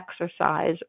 exercise